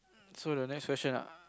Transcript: so the next question ah